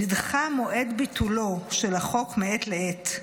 נדחה מועד ביטולו של החוק מעת לעת,